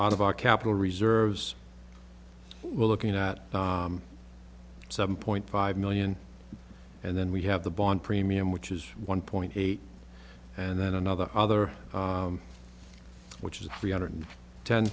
out of our capital reserves well looking at seven point five million and then we have the bond premium which is one point eight and then another other which is three hundred